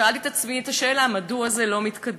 שאלתי את עצמי את השאלה מדוע זה לא מתקדם.